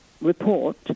report